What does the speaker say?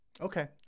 Okay